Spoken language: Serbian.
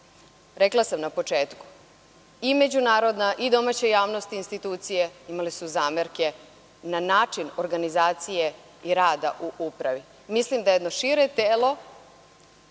sam na početku, i međunarodna i domaća javnost institucije imale su zamerke na način organizacije i rada u upravi. Mislim da jedno šire telo,